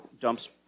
dumps